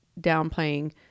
downplaying